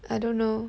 I don't know